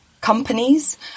companies